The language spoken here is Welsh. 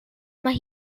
mae